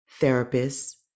therapists